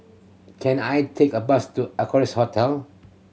can I take a bus to Equarius Hotel